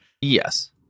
yes